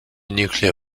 nuclear